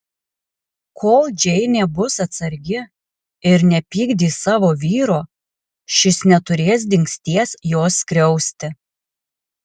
kol džeinė bus atsargi ir nepykdys savo vyro šis neturės dingsties jos skriausti